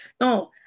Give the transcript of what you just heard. no